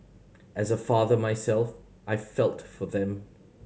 as a father myself I felt for them